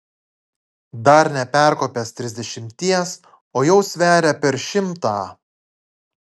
dar neperkopęs trisdešimties o jau sveria per šimtą